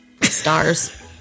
stars